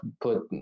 put